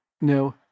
No